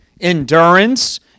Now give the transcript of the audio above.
endurance